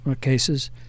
cases